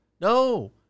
No